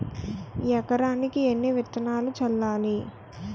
ఎకరానికి ఎన్ని విత్తనాలు చల్లాలి?